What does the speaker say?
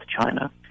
China